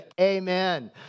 amen